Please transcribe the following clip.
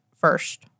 first